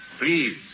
please